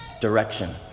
direction